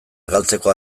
galtzeko